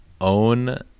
own